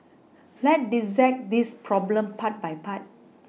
let's dissect this problem part by part